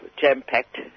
jam-packed